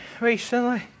recently